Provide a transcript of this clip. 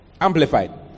Amplified